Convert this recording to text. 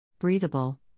Breathable